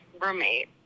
roommate